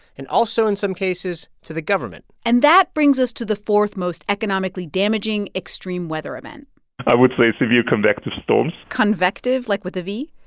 and also, in some cases, to the government and that brings us to the fourth most economically damaging extreme weather event i would say severe convective storms convective, like with a v?